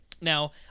Now